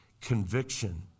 conviction